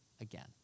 again